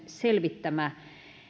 selvittämä